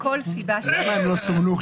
אז למה הם לא סומנו?